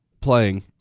playing